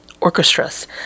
orchestras